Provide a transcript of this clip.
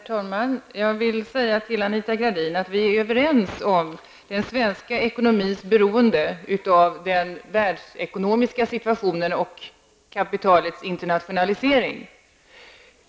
Herr talman! Jag vill säga till Anita Gradin att vi är överens om den svenska ekonomins beroende av den världsekonomiska situationen och kapitalets internationalisering.